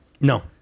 No